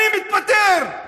אני מתפטר.